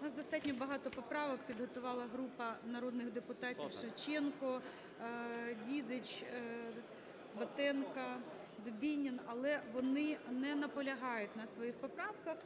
У нас достатньо багато поправок підготувала група народних депутатів: Шевченко, Дідич, Батенко, Дубінін. Але вони не наполягають на своїх поправках.